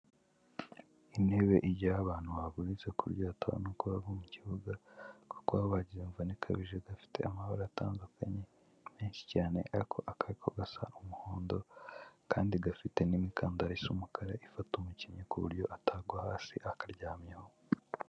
Intebe ijyaho abantu bavuritse kuburyo batabona kuba mu kibuga kuko bagize imvune ikabije idafite amabara atandukanye menshi cyane ariko akako gasa umuhondo kandi gafite n'imikandalisha umukara ifata umukinnyi ku buryo atagwa hasi akaryamyeho.